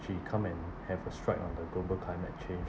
she come and have a strike on the global climate change